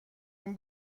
این